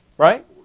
Right